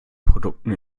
produkten